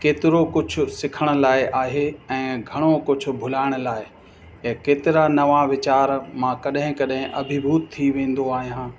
केतिरो कुझु सिखण लाइ आहे ऐं घणो कुझु भुलाइण लाइ ऐं केतिरा नवा वीचार मां कॾहिं कॾहिं अभिभूत थी वेंदो आहियां